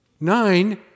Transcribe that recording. Nine